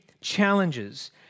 challenges